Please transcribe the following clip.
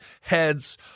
heads